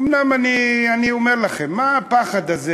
אומנם, אני אומר לכם מה הפחד הזה,